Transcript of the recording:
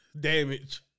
damage